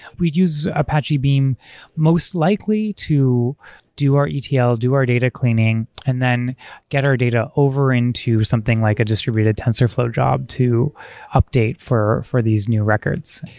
we'd use apache beam most likely to do our etl, do our data cleaning, and then get our data over into something like a distributed tensorflow job to update for for these new records.